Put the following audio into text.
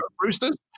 roosters